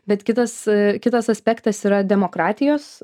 bet kitas kitas aspektas yra demokratijos